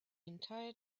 entire